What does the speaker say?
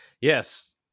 Yes